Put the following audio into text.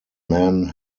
man